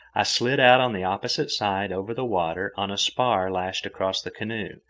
i slid out on the opposite side over the water on a spar lashed across the canoe,